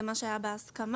זה מה שהיה בהסכמה.